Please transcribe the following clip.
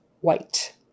white